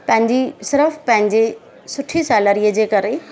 पंहिंजी सिर्फ़ु पंहिंजी सुठी सेलेरीअ जे करे